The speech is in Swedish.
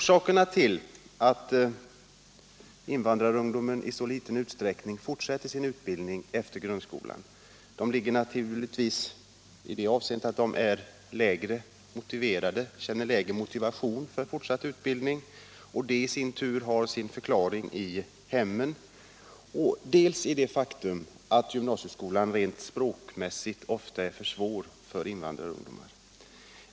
Orsakerna till att invandrarungdomarna i så liten utsträckning fortsätter sin utbildning efter grundskolan är dels att de känner lägre motivation för fortsatt utbildning — vilket i sin tur har sin förklaring i hemmen — dels att gymnasieskolan rent språkmässigt ofta är för svår för invandrarungdomar.